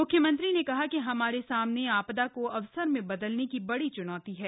मुख्यमंत्री ने कहा कि हमारे सामने आ दा को अवसर में बदलने की बड़ी चूनौती है